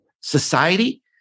society